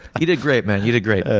he did great, man. you did great. ah